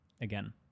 again